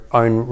own